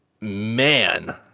man